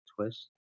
twist